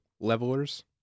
levelers